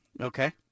Okay